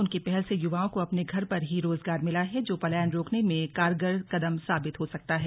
उनकी पहल से युवाओं को अपने घर पर ही रोजगार मिला है जो पलायन रोकने में कारगर कदम साबित हो सकता है